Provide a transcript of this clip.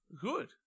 Good